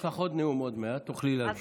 יש לך עוד נאום עוד מעט ותוכלי להמשיך.